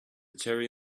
cherry